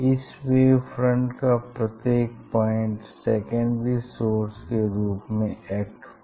इस wave front का प्रत्येक पॉइंट सेकेंडरी सोर्स के रूप में एक्ट करेगा